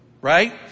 Right